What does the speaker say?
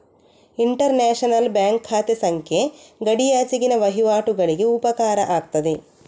inter national bank ಖಾತೆ ಸಂಖ್ಯೆ ಗಡಿಯಾಚೆಗಿನ ವಹಿವಾಟುಗಳಿಗೆ ಉಪಕಾರ ಆಗ್ತದೆ